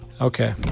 Okay